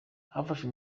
hafashwe